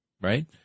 right